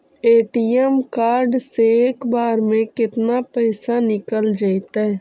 ATM card से एक बार में केतना पैसा निकल जइतै?